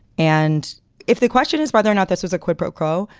and if the question is whether or not this was a quid pro quo,